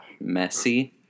messy